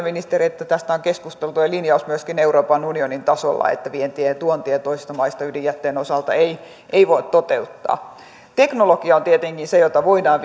ministeri että tästä on keskusteltu ja on linjaus myöskin euroopan unionin tasolla että vientiä ja tuontia toisista maista ydinjätteen osalta ei ei voi toteuttaa teknologia on tietenkin se jota voidaan